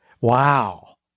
Wow